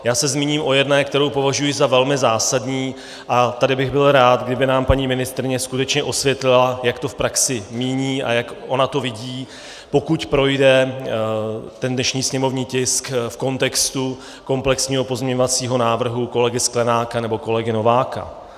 Já se zmíním o jedné, kterou považuji za velmi zásadní, a tady bych byl rád, kdyby nám paní ministryně skutečně osvětlila, jak to v praxi míní a jak ona to vidí, pokud projde ten dnešní sněmovní tisk v kontextu komplexního pozměňovacího návrhu kolegy Sklenáka nebo kolegy Nováka.